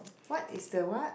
what is the what